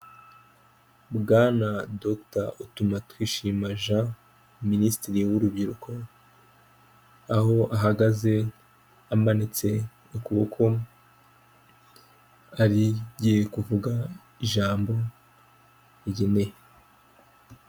Bwana, Dogita, Utumatwishima Jean, Minisitiri w'urubyiruko, aho ahagaze amanitse ukuboko, arigiye kuvuga ijambo rigeneye.